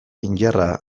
indarra